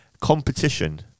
competition